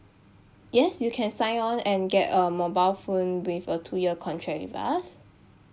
yes you can sign on and get a mobile phone with a two year contract with us